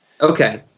Okay